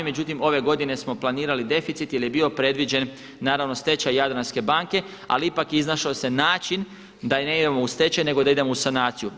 Međutim, ove godine smo planirali deficit jer je bio predviđen naravno stečaj Jadranske banke, ali ipak iznašao se način da ne idemo u stečaj, nego da idemo u sanaciju.